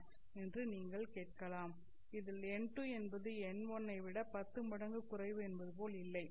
என்று நீங்கள் கேட்கலாம் இது n2 என்பது n1 ஐ விட பத்து மடங்கு குறைவு என்பது போல் இல்லை